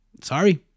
Sorry